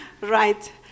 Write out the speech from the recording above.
right